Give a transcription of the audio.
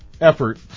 effort